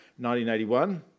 1981